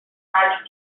rádio